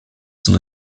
son